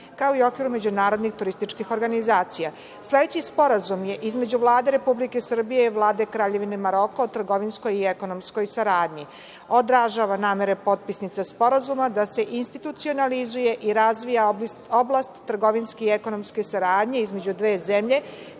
kao i u okviru međunarodnih turističkih organizacija. Sledeći sporazum je između Vlade Republike Srbije i Vlade Kraljevine Maroko o trgovinskoj i ekonomskoj saradnji. Odražava namere potpisnica sporazuma da se institucionalizuje i razvija oblast trgovinske i ekonomske saradnje između dve zemlje,